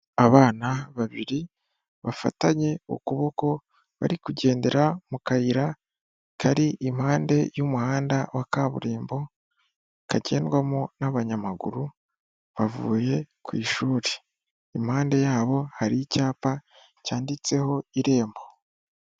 Abana babiri bafatanye ukuboko bari kugendera mu kayira kari impande y'umuhanda wa kaburimbo kagendwamo n'abanyamaguru bavuye ku ishuri, impande yabo hari icyapa cyanditseho irembo.